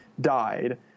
died